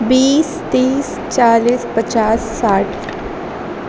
بیس تیس چالیس پچاس ساٹھ